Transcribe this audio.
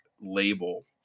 label